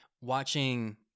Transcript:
watching